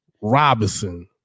Robinson